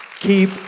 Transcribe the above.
Keep